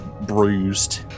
bruised